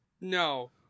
No